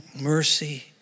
mercy